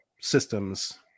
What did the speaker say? systems